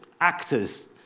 actors